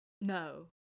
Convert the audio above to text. No